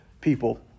people